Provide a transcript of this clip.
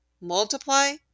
multiply